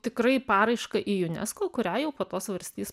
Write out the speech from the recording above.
tikrai paraišką į unesco kurią jau po to svarstys